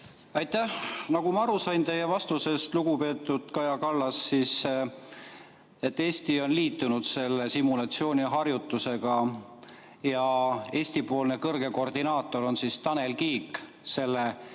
Aitäh! Nagu ma aru sain teie vastusest, lugupeetud Kaja Kallas, Eesti on liitunud selle simulatsiooniharjutusega ja Eesti-poolne kõrge koordinaator on Tanel Kiik selle